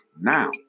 now